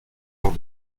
lors